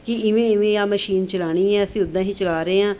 ਕੀ ਇਵੇਂ ਇਵੇਂ ਆ ਮਸ਼ੀਨ ਚਲਾਣੀ ਹੈ ਅਸੀਂ ਉਦਾਂ ਹੀ ਚਲਾ ਰਹੇ ਹਾਂ